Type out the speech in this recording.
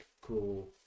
cool